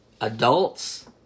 adults